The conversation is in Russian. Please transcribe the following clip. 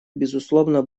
безусловно